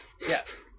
Yes